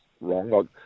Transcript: wrong